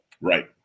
Right